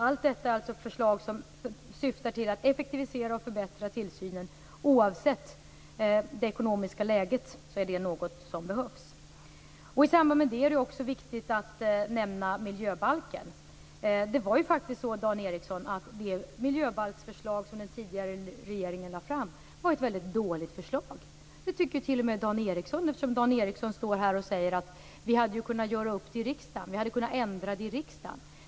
Allt detta är förslag som syftar till att effektivisera och förbättra tillsynen. Oavsett det ekonomiska läget är det verkligen någonting som behövs. I det här sammanhanget är det också viktigt att nämna miljöbalken. Det miljöbalksförslag som den tidigare regeringen lade fram var ett väldigt dåligt förslag. Det tycker t.o.m. Dan Ericsson, eftersom han står här och säger att det kunde ha ändrats i riksdagen.